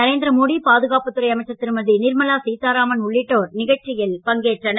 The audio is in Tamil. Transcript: நரேந்திர மோடி பாதுகாப்புத்துறை அமைச்சர் திருமதி நிர்மலா சீதாராமன் உள்ளிட்டோர் நிகழ்ச்சியில் பங்கேற்றனர்